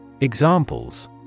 Examples